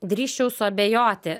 drįsčiau suabejoti